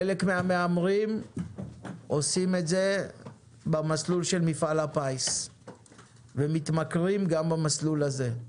חלק מהמהמרים עושים את זה במסלול של מפעל הפיס ומתמכרים גם במסלול הזה.